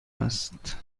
است